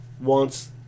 wants